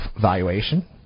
valuation